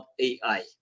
ai